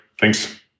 Thanks